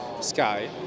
sky